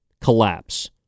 collapse